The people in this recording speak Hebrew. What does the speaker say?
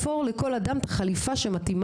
לקחת עורך דין ולהתמודד עם כל התהליך המורכב הזה.